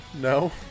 No